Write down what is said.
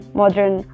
modern